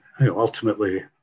Ultimately